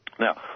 Now